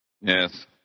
Yes